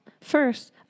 First